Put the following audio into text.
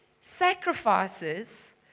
sacrifices